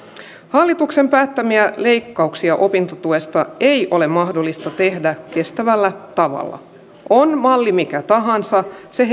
hallituksen päättämiä leikkauksia opintotuesta ei ole mahdollista tehdä kestävällä tavalla on malli mikä tahansa se